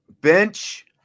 Bench